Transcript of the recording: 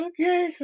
Okay